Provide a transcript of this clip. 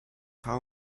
how